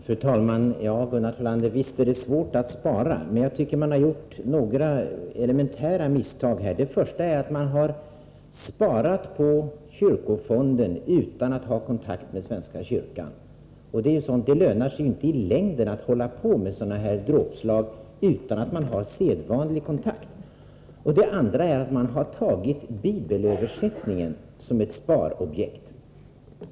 Fru talman! Ja, Gunnar Thollander, visst är det svårt att spara. Jag tycker emellertid att man gjort några elementära misstag i det här fallet. Det första är att man har sparat på kyrkofonden utan att ha kontakt med svenska kyrkan. Det lönar sig inte i längden att hålla på med sådana dråpslag utan att man har sedvanlig kontakt. Det andra misstaget är att man har tagit bibelöversättningen som ett sparobjekt.